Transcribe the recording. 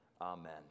Amen